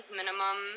minimum